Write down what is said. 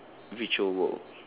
virtual world